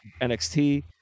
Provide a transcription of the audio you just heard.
NXT